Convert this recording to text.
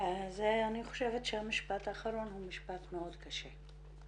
אני חושבת שהמשפט האחרון הוא משפט מאוד קשה.